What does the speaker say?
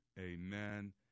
amen